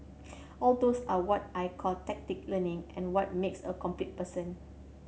all those are what I call tacit learning and what makes a complete person